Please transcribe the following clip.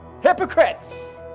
hypocrites